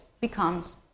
becomes